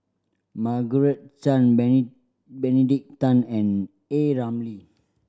Margaret Chan Benedict Tan and A Ramli